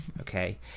Okay